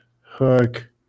hook